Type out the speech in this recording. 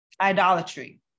Idolatry